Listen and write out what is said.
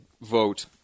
vote